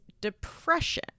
depression